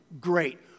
Great